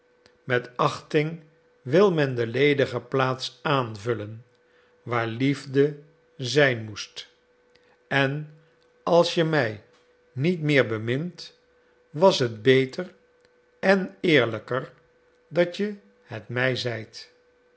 met achting wil men de ledige plaats aanvullen waar liefde zijn moest en als je mij niet meer bemint was het beter en eerlijker dat je het mij zeidet